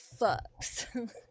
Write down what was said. fucks